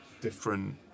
different